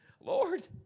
Lord